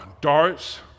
darts